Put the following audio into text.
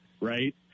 right